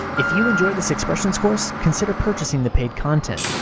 if you enjoy this expressions course, consider purchasing the paid content.